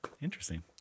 Interesting